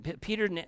Peter